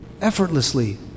effortlessly